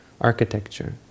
architecture